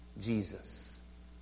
Jesus